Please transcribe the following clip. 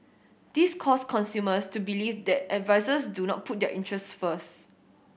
this caused consumers to believe that advisers do not put their interest first